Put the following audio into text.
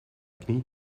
knie